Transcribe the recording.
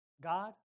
God